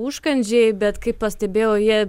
užkandžiai bet kaip pastebėjau jie